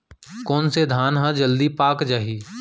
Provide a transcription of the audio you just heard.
कोन से धान ह जलदी पाक जाही?